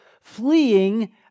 fleeing